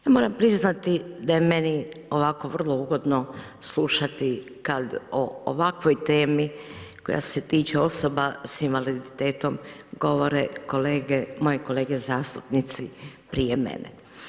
Ja moram priznati da je meni ovako vrlo ugodno slušati kada o ovakvoj temi koja se tiče osoba sa invaliditetom govore kolege, moje kolege zastupnici prije mene.